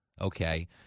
Okay